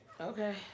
Okay